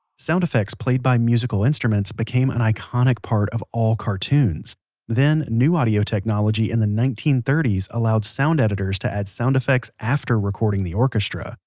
sound effects played by musical instruments became an iconic part of all cartoons then, new audio technology in the nineteen thirty s allowed sound editors to add sound effects after recording the orchestra.